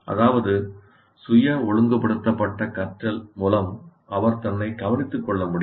அதாவது சுய ஒழுங்குபடுத்தப்பட்ட கற்றல் மூலம் அவர் தன்னைக் கவனித்துக் கொள்ள முடியும்